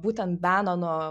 būtent benono